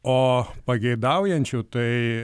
o pageidaujančių tai